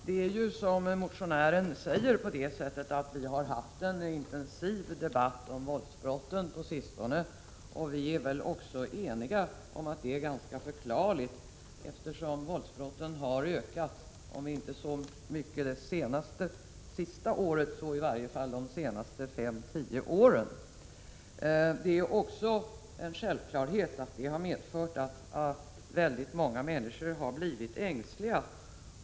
Herr talman! Vi har, som motionären säger, haft en intensiv debatt om våldsbrott på sistone. Vi är väl också eniga om att det är ganska förklarligt, eftersom våldsbrotten har ökat, om inte så mycket det sist förlidna året så i varje fall de senaste 5—10 åren. Det är även en självklarhet att detta har medfört att väldigt många människor har blivit ängsliga.